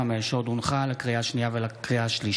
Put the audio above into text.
פ/3814/25: